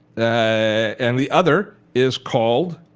and the other is called